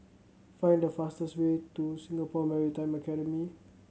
find the fastest way to Singapore Maritime Academy